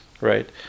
right